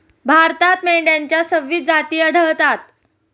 भारतात मेंढ्यांच्या सव्वीस जाती आढळतात